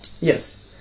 Yes